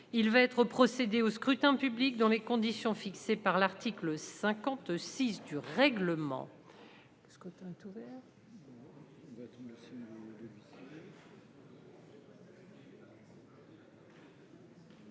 Il va être procédé au scrutin dans les conditions fixées par l'article 56 du règlement.